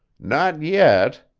not yet,